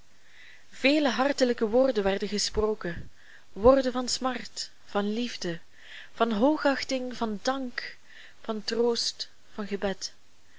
vele hartelijke woorden werden gesproken woorden van smart van liefde van hoogachting van dank van troost van gebed